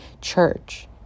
church